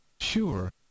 Sure